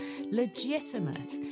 legitimate